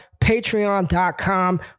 patreon.com